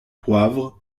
poivre